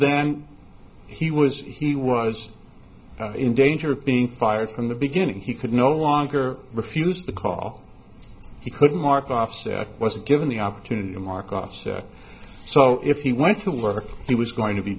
then he was he was in danger of being fired from the beginning he could no longer refuse the call he could mark off set was given the opportunity to mark off so if he went to work he was going to be